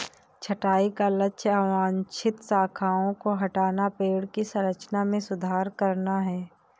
छंटाई का लक्ष्य अवांछित शाखाओं को हटाना, पेड़ की संरचना में सुधार करना है